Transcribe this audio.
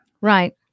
right